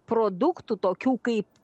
produktų tokių kaip